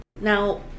Now